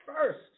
First